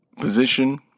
position